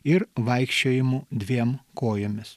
ir vaikščiojimu dviem kojomis